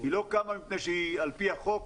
היא לא קמה מפני שהיא על פי החוק